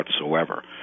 whatsoever